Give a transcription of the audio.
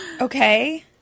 Okay